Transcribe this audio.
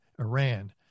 iran